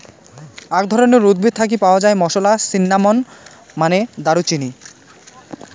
আক ধরণের উদ্ভিদ থাকি পাওয়া মশলা, সিন্নামন মানে দারুচিনি